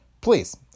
Please